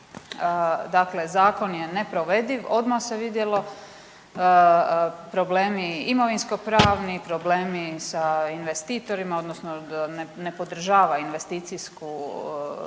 Dakle, zakon je neprovediv odmah se vidjelo, problemi imovinskopravni, problemi sa investitorima odnosno ne podržava investicijsku